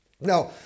Now